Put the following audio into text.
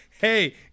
hey